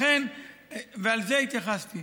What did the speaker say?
ולזה התייחסת.